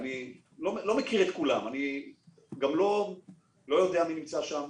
אני לא מכיר את כולם, אני גם לא יודע מי נמצא שם.